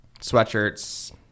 sweatshirts